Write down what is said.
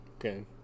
Okay